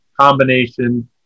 combination